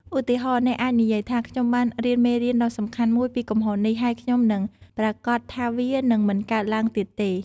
ឧទាហរណ៍ អ្នកអាចនិយាយថា ខ្ញុំបានរៀនមេរៀនដ៏សំខាន់មួយពីកំហុសនេះ ហើយខ្ញុំនឹងប្រាកដថាវានឹងមិនកើតឡើងទៀតទេ។